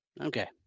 Okay